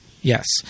Yes